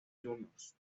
juniors